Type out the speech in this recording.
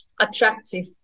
attractive